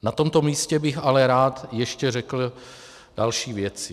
Na tomto místě bych ale rád ještě řekl další věci.